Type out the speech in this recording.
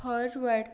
forward